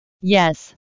yes